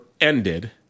ended